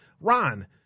Ron